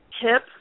hip